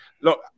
Look